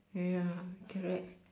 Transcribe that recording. ya correct